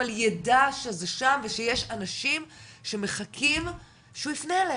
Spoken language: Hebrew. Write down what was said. אבל ידע שזה שם ושיש אנשים שמחכים שהוא יפנה אליהם,